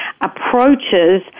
approaches